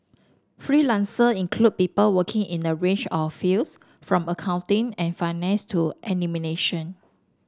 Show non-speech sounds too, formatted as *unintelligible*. freelancer include people working in a range of fields from accounting and finance to *unintelligible*